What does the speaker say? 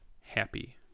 Happy